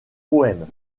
poèmes